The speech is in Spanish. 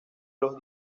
los